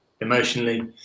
emotionally